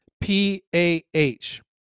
P-A-H